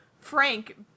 Frank